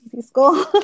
school